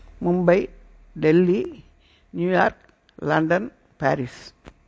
Mumbai Delhi New York London Paris